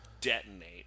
detonate